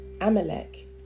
Amalek